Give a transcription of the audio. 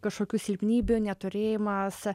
kažkokių silpnybių neturėjimas